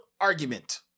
argument